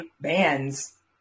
bands